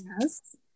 Yes